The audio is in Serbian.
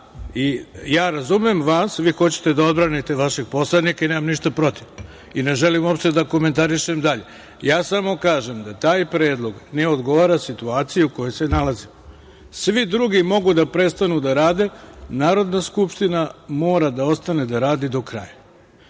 za. Razumem vas, vi hoćete da odbranite vašeg poslanika i nemam ništa protiv i ne želim uopšte da komentarišem dalje, samo kažem da taj predlog ne odgovara situaciji u kojoj se nalazimo. Svi drugi mogu da prestanu da rade, Narodna Skupština mora da ostane da radi do kraja.